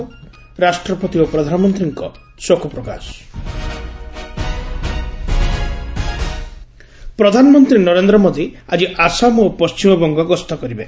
ରାଷ୍ଟ୍ରପତି ଓ ପ୍ରଧାନମନ୍ତ୍ରୀଙ୍କ ଶୋକ ପ୍ରକାଶ ପରାକ୍ରମ ଦିବସ ପ୍ରଧାନମନ୍ତ୍ରୀ ନରେନ୍ଦ୍ର ମୋଦି ଆଜି ଆସାମ ଓ ପଣ୍ଟିମବଙ୍ଗ ଗସ୍ତ କରିବେ